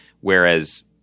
Whereas